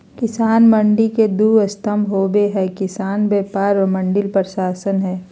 किसान मंडी के दू स्तम्भ होबे हइ किसान व्यापारी और मंडी प्रशासन हइ